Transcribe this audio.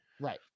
Right